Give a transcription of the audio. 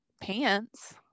pants